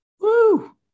Woo